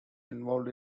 involved